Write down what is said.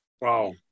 Wow